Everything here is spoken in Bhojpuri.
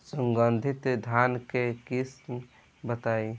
सुगंधित धान के किस्म बताई?